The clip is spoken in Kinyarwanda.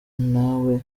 ntawe